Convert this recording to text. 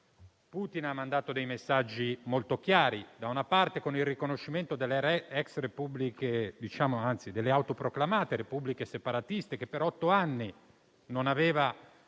Putin ha mandato messaggi molto chiari. Da una parte, infatti, il riconoscimento delle autoproclamate repubbliche separatiste, che per otto anni non aveva